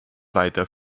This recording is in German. weiter